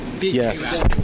Yes